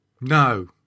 No